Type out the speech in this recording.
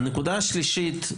שלישית,